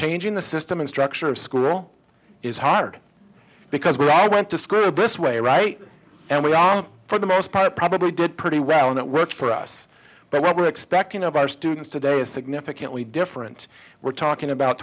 changing the system and structure of school is hard because we're i went to school this way right and we were for the most part probably did pretty well and it worked for us but we're expecting of our students today is significantly different we're talking about